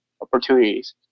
opportunities